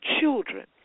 children